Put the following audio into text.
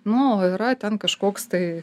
nu yra ten kažkoks tai